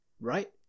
Right